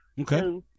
okay